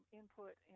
input